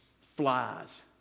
Flies